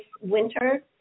winter